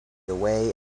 away